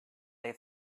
they